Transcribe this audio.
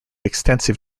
extensive